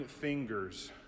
fingers